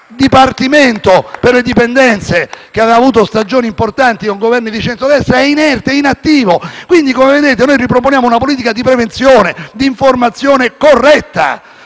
Il Dipartimento per le dipendenze, che aveva avuto stagioni importanti con Governi di centrodestra, è inerte e inattivo. Quindi, come vedete, noi riproponiamo una politica di prevenzione, di informazione corretta